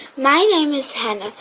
my name is hannah.